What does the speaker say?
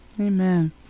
Amen